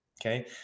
Okay